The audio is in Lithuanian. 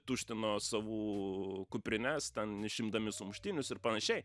tuštino savų kuprines ten išimdami sumuštinius ir panašiai